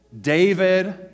David